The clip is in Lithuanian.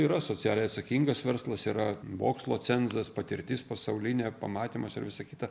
yra socialiai atsakingas verslas yra mokslo cenzas patirtis pasaulinė pamatymas ir visa kita